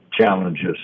challenges